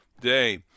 day